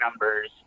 numbers